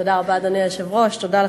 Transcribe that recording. אדוני היושב-ראש, תודה רבה.